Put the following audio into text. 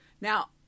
Now